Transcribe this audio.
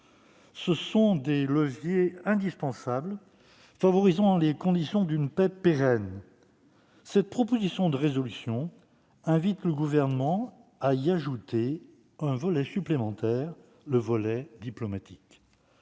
constituent des leviers indispensables pour créer les conditions d'une paix pérenne. Cette proposition de résolution invite le Gouvernement à y ajouter un volet supplémentaire, le volet diplomatique.